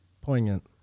poignant